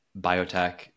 biotech